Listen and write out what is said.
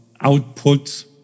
outputs